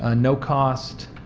ah no cost,